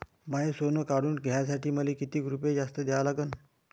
माय सोनं काढून घ्यासाठी मले कितीक रुपये जास्त द्या लागन?